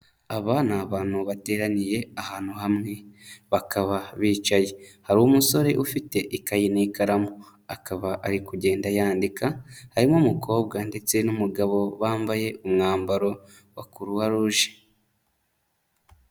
Aba ni abantu bateraniye ahantu hamwe, bakaba bicaye. Hari umusore ufite ikayinikaramu, akaba ari kugenda yandika, harimo umukobwa ndetse n'umugabo bambaye umwambaro wa Croix Rouge.